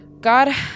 God